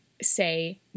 say